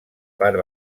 part